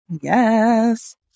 Yes